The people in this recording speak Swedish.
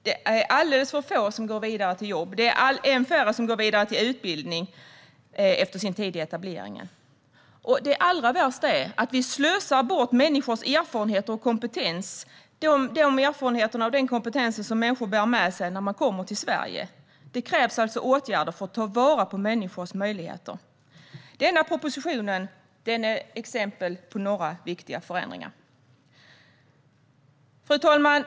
Det är alldeles för få som går vidare till jobb, och det är än färre som går vidare till utbildning efter sin tid i etableringen. Det allra värsta är att vi slösar bort den erfarenhet och kompetens som människor bär med sig när de kommer till Sverige. Det krävs alltså åtgärder för att ta vara på människors möjligheter. Denna proposition är exempel på några viktiga förändringar. Fru talman!